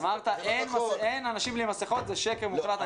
אמרת, אין אנשים בלי מסכות, זה שקר מוחלט.